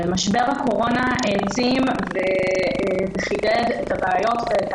משבר הקורונה העצים וחידד את הבעיות ואת